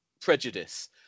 prejudice